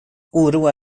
oroa